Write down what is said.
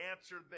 answered